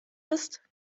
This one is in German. ist